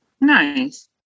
Nice